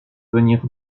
venir